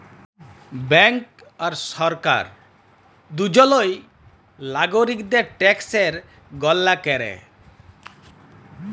bank আর সরকার দুজলই লাগরিকদের ট্যাকসের গললা ক্যরে